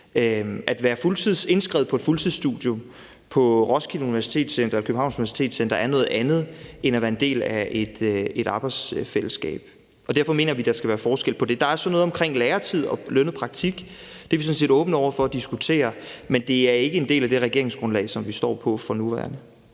At være indskrevet på et fuldtidsstudium på Roskilde Universitet eller Københavns Universitet er noget andet end at være en del af et arbejdsfællesskab, og derfor mener vi, der skal være forskel på det. Der er så noget omkring læretid og lønnet praktik. Det er vi sådan set åbne over for at diskutere. Men det er ikke en del af det regeringsgrundlag, som vi står på for nuværende.